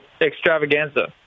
extravaganza